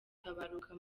gutabaruka